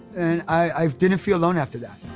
and i didn't feel alone after that,